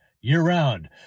year-round